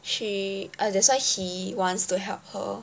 she ah that's why he wants to help her